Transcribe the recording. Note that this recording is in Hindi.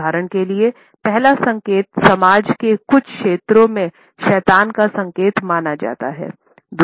उदाहरण के लिए पहला संकेत समाज के कुछ क्षेत्रों में शैतान का संकेत माना जाता है